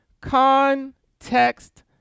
context